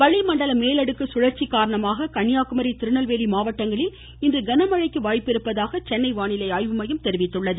வானிலை வளிமண்டல மேலடுக்கு மசுழற்சி காரணமாக கன்னியாகுமரி திருநெல்வேலி மாவட்டங்களில் இன்று கனமழை பெய்யக்கூடும் என்று சென்னை வானிலை ஆய்வு மையம் தெரிவித்துள்ளது